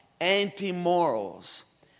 anti-morals